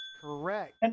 Correct